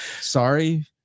Sorry